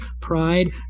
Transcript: pride